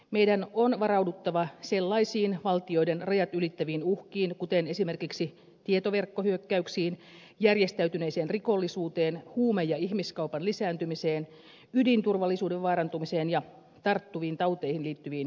meidän on varauduttava sellaisiin valtioiden rajat ylittäviin uhkiin kuin esimerkiksi tietoverkkohyökkäyksiin järjestäytyneeseen rikollisuuteen huume ja ihmiskaupan lisääntymiseen ydinturvallisuuden vaarantumiseen ja tarttuviin tauteihin liittyviin kysymyksiin